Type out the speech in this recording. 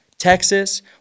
Texas